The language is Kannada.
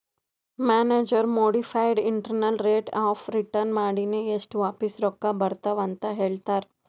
manager modified internal rate of return ಮಾಡಿನೆ ಎಸ್ಟ್ ವಾಪಿಸ್ ರೊಕ್ಕಾ ಬರ್ತಾವ್ ಅಂತ್ ಹೇಳ್ತಾರ್